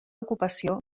ocupació